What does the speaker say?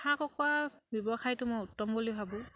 হাঁহ কুকুৰা ব্যৱসায়টো মই উত্তম বুলি ভাবোঁ